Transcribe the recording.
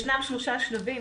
ישנם שלושה שלבים.